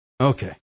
Okay